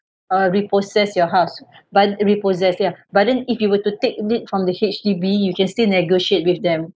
uh repossess your house but repossess ya but then if you were to take this from the H_D_B you can still negotiate with them